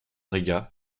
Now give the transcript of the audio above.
riga